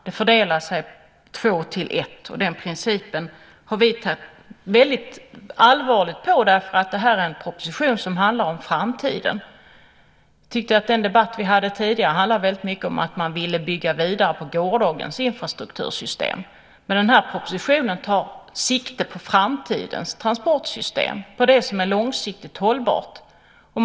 Det fördelar sig två till ett. Den principen har vi tagit väldigt allvarligt på, därför att det här är en proposition som handlar om framtiden. Den debatt vi hade tidigare handlade väldigt mycket om att man ville bygga vidare på gårdagens infrastruktursystem, men den här propositionen tar sikte på framtidens transportsystem, på det som är långsiktigt hållbart.